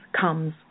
comes